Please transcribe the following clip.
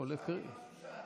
השארתי משהו שם?